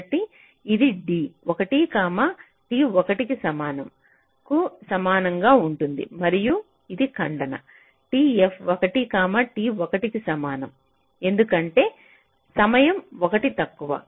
కాబట్టి ఇది d 1 comma t 1 కి సమానం కు సమానంగా ఉంటుంది మరియు ఇది ఖండన f 1 t 1 కి సమానం ఎందుకంటే సమయం 1 తక్కువ